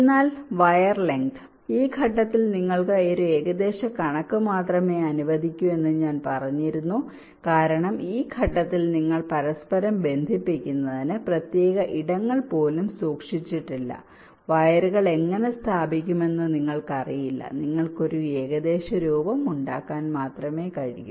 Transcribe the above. എന്നാൽ wire length അതിനാൽ ഈ ഘട്ടത്തിൽ നിങ്ങൾക്ക് വളരെ ഏകദേശ കണക്ക് മാത്രമേ അനുവദിക്കൂ എന്ന് ഞാൻ പറഞ്ഞിരുന്നു കാരണം ഈ ഘട്ടത്തിൽ നിങ്ങൾ പരസ്പരം ബന്ധിപ്പിക്കുന്നതിന് പ്രത്യേക ഇടങ്ങൾ പോലും സൂക്ഷിച്ചിട്ടില്ല വയറുകൾ എങ്ങനെ സ്ഥാപിക്കുമെന്ന് നിങ്ങൾക്കറിയില്ല നിങ്ങൾക്ക് ഒരു ഏകദേശരൂപം ഉണ്ടാക്കാൻ മാത്രമേ കഴിയൂ